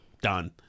done